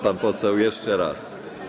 Pan poseł jeszcze raz.